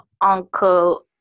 uncle